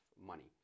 money